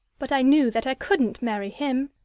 but i knew that i couldn't marry him.